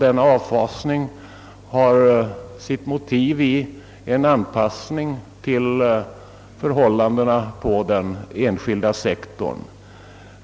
Den avfasningen har sitt motiv i en anpassning till förhållandena på den enskilda sektorn.